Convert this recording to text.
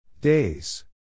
Days